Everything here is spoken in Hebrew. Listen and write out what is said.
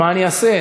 מה אני אעשה?